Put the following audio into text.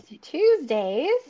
Tuesdays